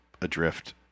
adrift